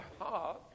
heart